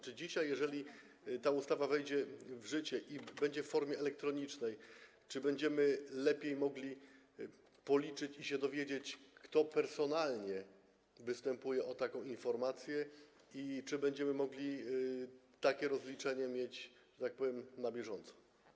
Czy dzisiaj, jeżeli ta ustawa wejdzie w życie i będzie to w formie elektronicznej, będziemy mogli lepiej to policzyć i dowiedzieć się, kto personalnie występuje o taką informację, i czy będziemy mogli takie rozliczenie mieć, że tak powiem, na bieżąco?